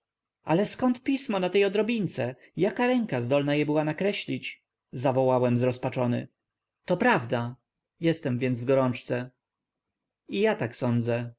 ale zkąd pismo na tej odrobince jaka ręka zdolna je była nakreślić zawołałem zrozpaczony to prawda jestem więc w gorączce i ja tak sądzę